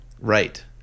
right